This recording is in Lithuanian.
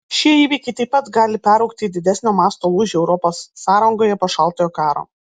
šie įvykiai taip pat gali peraugti į didesnio masto lūžį europos sąrangoje po šaltojo karo